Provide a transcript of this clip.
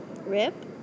rip